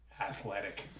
athletic